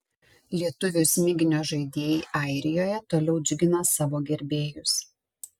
lietuvių smiginio žaidėjai airijoje toliau džiugina savo gerbėjus